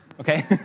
okay